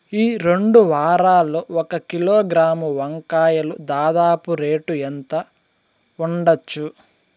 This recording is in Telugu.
ఈ రెండు వారాల్లో ఒక కిలోగ్రాము వంకాయలు దాదాపు రేటు ఎంత ఉండచ్చు?